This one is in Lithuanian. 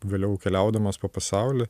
vėliau keliaudamas po pasaulį